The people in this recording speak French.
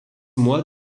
mois